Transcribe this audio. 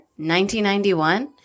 1991